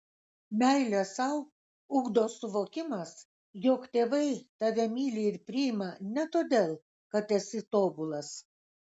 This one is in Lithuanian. meilę sau ugdo suvokimas jog tėvai tave myli ir priima ne todėl kad esi tobulas